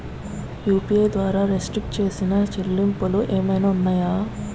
UPI ద్వారా restrict చేసిన చెల్లింపులు ఏమైనా ఉన్నాయా?